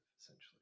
essentially